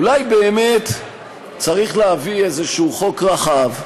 אולי באמת צריך להביא איזשהו חוק רחב,